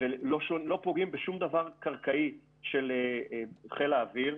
ולא פוגעים בשום דבר קרקעי של חיל האוויר,